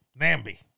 Nambi